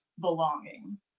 belonging